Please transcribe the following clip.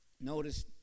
Notice